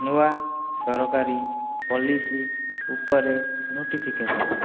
ନୂଆ ସରକାରୀ ପଲିସି ଉପରେ ନୋଟିଫିକେସନ୍